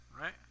right